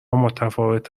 متفاوت